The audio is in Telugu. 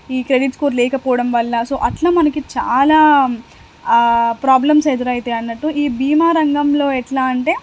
ఈ క్రెడిట్ స్కోర్ లేకపోవడం వల్ల సో అలా మనకి చాలా ప్రాబ్లమ్స్ ఎదురైతాయి అన్నట్టు ఈ భీమా రంగంలో ఎలా అంటే